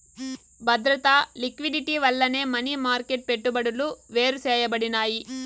బద్రత, లిక్విడిటీ వల్లనే money market పెట్టుబడులు వేరుసేయబడినాయి